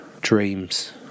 Dreams